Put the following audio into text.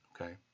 Okay